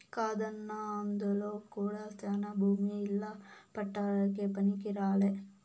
కాదన్నా అందులో కూడా శానా భూమి ఇల్ల పట్టాలకే పనికిరాలే